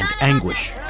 anguish